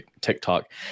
TikTok